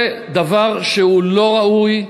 זה דבר שהוא לא ראוי,